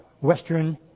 Western